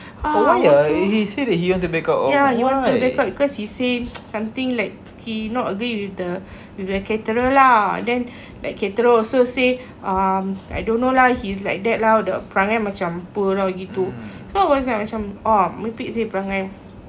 !huh! ya he want to back out because he said something like he not agree with the with the caterer lah then that caterer also say um I don't know lah he's like that lah the perangai macam apa lah gitu so I was like macam ah merepek seh perangai